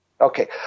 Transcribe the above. Okay